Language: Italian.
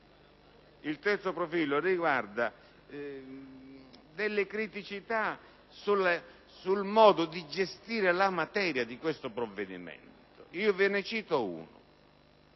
Il terzo profilo riguarda alcune criticità sul modo di gestire la materia di questo provvedimento. Ne citerò una.